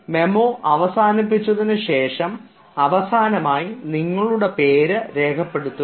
memo അവസാനിപ്പിച്ചതിനു ശേഷം അവസാനമായി നിങ്ങളുടെ പേര് രേഖപ്പെടുത്തുക